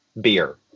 beer